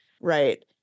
right